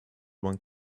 one